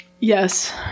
yes